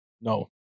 No